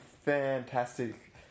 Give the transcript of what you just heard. fantastic